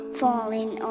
falling